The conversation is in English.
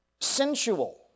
sensual